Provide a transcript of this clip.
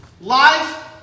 life